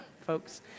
folks